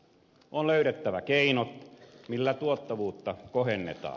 on löydettävä keinot millä tuottavuutta kohennetaan